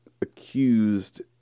accused